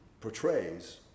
portrays